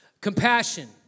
Compassion